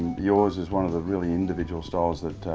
yours is one of the really individual styles that,